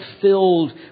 filled